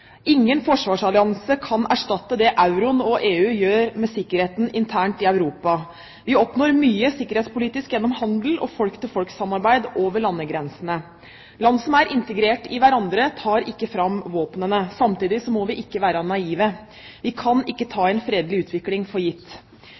ingen forsvarsallianse kan erstatte det euroen og EU gjør med sikkerheten internt i Europa. Vi oppnår mye sikkerhetspolitisk gjennom handel og folk til folk-samarbeid over landegrensene. Land som er integrert i hverandre, tar ikke fram våpnene. Samtidig må vi ikke være naive. Vi kan ikke ta